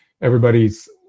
Everybody's